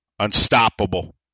unstoppable